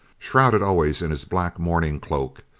shrouded always in his black mourning cloak,